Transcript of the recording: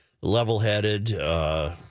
level-headed